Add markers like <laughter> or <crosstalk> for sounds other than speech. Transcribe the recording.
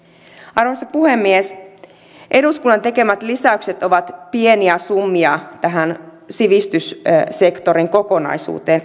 arvoisa puhemies eduskunnan tekemät lisäykset kaksitoista pilkku viisi miljoonaa euroa ovat pieniä summia tähän sivistyssektorin kokonaisuuteen <unintelligible>